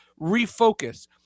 refocus